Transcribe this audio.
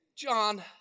John